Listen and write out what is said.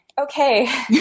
okay